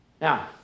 Now